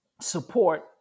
support